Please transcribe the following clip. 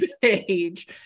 page